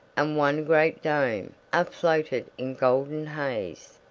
and one great dome, are floated in golden haze.